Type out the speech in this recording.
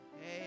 hey